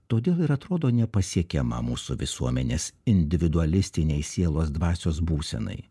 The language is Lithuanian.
todėl ir atrodo nepasiekiama mūsų visuomenės individualistinei sielos dvasios būsenai